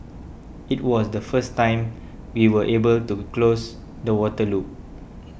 it was the first time we were able to close the water loop